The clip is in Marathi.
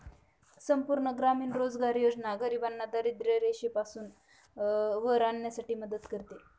संपूर्ण ग्रामीण रोजगार योजना गरिबांना दारिद्ररेषेपासून वर आणण्यासाठी मदत करते